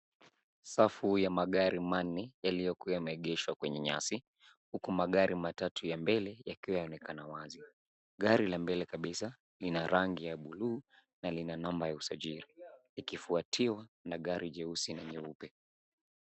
Safu ya magari mengi yaliyopangwa kwenye nyasi, huku magari matatu ya mbele yakiwa yanaonekana wazi. Gari la mbele kabisa lina rangi ya buluu na lina namba ya usajili. Limefuatwa na gari la kijivu, kisha jingine jeupe.